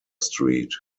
street